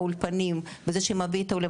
האולפנים וזה שהוא מביא אותו אלינו.